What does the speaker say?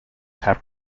tap